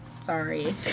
sorry